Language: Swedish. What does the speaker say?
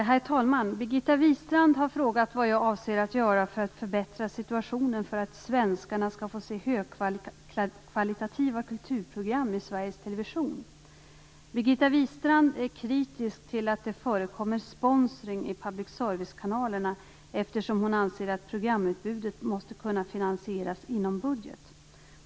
Herr talman! Birgitta Wistrand har frågat vad jag avser att göra för att förbättra situationen för att svenskarna skall få se högkvalitativa kulturprogram i Birgitta Wistrand är kritisk till att det förekommer sponsring i public-service-kanalerna eftersom hon anser att programutbudet måste kunna finansieras inom budget.